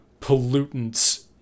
pollutants